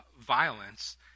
violence